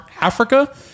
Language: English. Africa